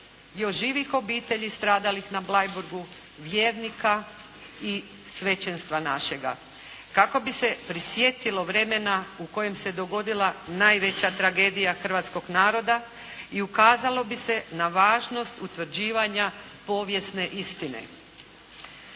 još živih obitelji stradalih na Bleiburgu, vjernika i svećenstva našega kako bi se prisjetilo vremena u kojem se dogodila najveća tragedija hrvatskoga naroda i ukazalo bi se na važnost utvrđivanja povijesne istine.